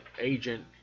Agent